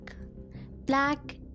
Black